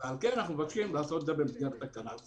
על כן אנחנו מבקשים לעשות את זה במסגרת תקנה.